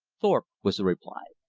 thorpe, was the reply.